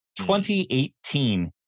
2018